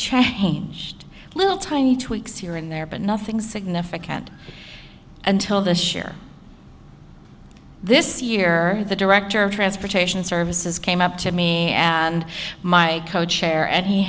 changed little tiny tweaks here and there but nothing significant until this year this year the director of transportation services came up to me and my co chair and he